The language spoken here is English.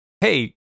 hey